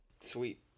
sweet